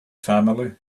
family